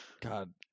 God